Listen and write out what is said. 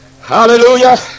Hallelujah